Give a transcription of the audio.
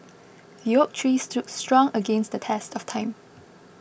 the oak tree stood strong against the test of time